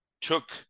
took